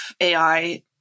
AI